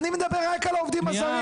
אני מדבר רק על העובדים הזרים.